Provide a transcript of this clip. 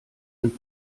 sind